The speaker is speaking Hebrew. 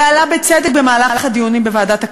ועלה בצדק במהלך הדיונים בוועדת הכנסת: